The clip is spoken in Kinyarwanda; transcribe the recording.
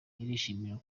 irishimira